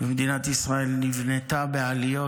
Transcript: מדינת ישראל נבנתה בעליות,